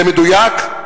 זה מדויק?